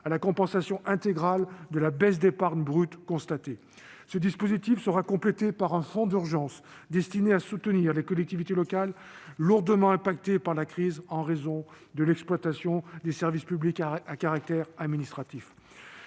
à la compensation intégrale de la baisse d'épargne brute constatée. Ce dispositif sera complété par un fonds d'urgence destiné à soutenir les collectivités locales lourdement affectées par la crise en raison de l'exploitation des services publics à caractère administratif.